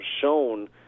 shown